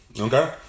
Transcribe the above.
Okay